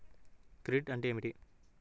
Credit అంటే ఏమిటి?